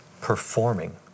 performing